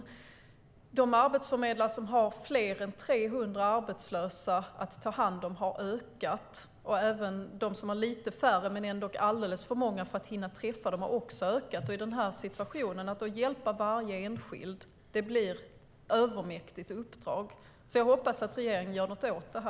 Andelen arbetsförmedlare som har fler än 300 arbetslösa att ta hand om har ökat, och den andel som har hand om lite färre men ändå alldeles för många för att hinna träffa dem har också ökat. I den här situationen blir det ett övermäktigt uppdrag att hjälpa varje enskild. Jag hoppas att regeringen gör något åt detta.